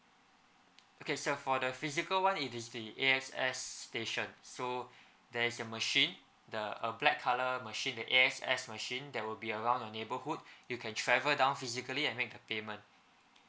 okay sir for the physical one it is the A_X_S station so there is a machine the a black colour machine the A_X_S machine there will be around your neighbourhood you can travel down physically and make the payment